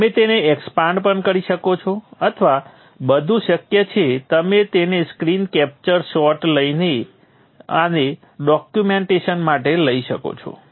તમે તેને એક્સપાન્ડ પણ કરી શકો છો આ બધુ શક્ય છે તમે તેનો સ્ક્રીન કેપ્ચર શોટ બનાવીને આને ડોક્યૂમેંટેશન માટે લઈ શકો છો